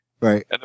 Right